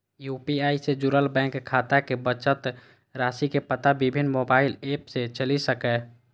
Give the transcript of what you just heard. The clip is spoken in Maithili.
यू.पी.आई सं जुड़ल बैंक खाताक बचत राशिक पता विभिन्न मोबाइल एप सं चलि सकैए